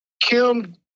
Kim